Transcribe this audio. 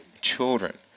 children